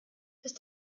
dass